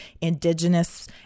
indigenous